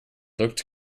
looked